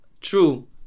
True